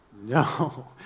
No